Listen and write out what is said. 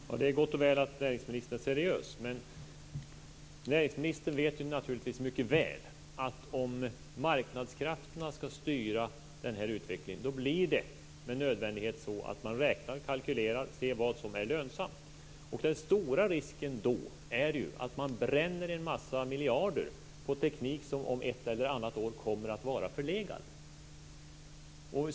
Fru talman! Det är gott och väl att näringsministern är seriös. Men näringsministern vet naturligtvis mycket väl att om marknadskrafterna skall styra den här utvecklingen blir det med nödvändighet så att man räknar, kalkylerar och ser vad som är lönsamt. Den stora risken är att man då bränner en massa miljarder på teknik som om ett eller annat år kommer att vara förlegad.